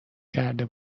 کرده